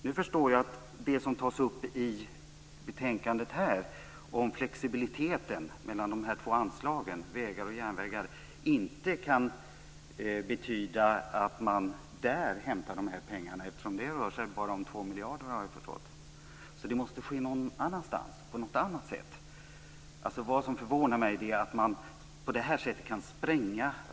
Jag förstår att det som tas upp i det här betänkandet när det gäller flexibiliteten mellan de båda anslagen, dvs. för vägar respektive järnvägar, inte kan betyda att man där hämtar de här pengarna. Det rör sig, såvitt jag förstår, om endast 2 miljarder kronor. Därför måste pengarna tas någon annanstans, på ett annat sätt. Det förvånar mig att man kan spränga ramar på det här sättet.